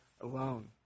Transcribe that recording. alone